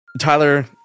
Tyler